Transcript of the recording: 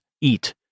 eat